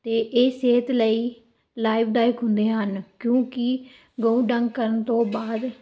ਅਤੇ ਇਹ ਸਿਹਤ ਲਈ ਲਾਭਦਾਇਕ ਹੁੰਦੇ ਹਨ ਕਿਉਂਕਿ ਗਊ ਡੰਗ ਕਰਨ ਤੋਂ ਬਾਅਦ